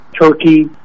Turkey